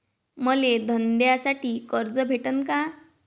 मले धंद्यासाठी कर्ज भेटन का?